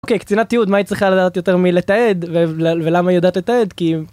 אוקיי, קצינת תיעוד מה היא צריכה לדעת יותר מלתעד, ולמה היא יודעת לתעד כי.